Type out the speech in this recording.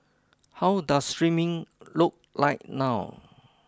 how does streaming look like now